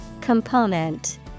Component